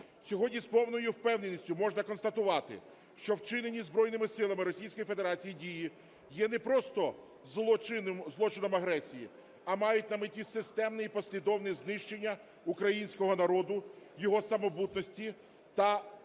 Сьогодні з повною впевненістю можна констатувати, що вчинені збройними силами Російської Федерації дії є не просто злочином агресії, а мають на меті системне і послідовне знищення українського народу, його самобутності та